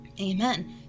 Amen